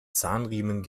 zahnriemen